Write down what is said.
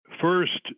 first